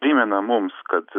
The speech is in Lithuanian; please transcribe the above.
primena mums kad